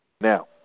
Now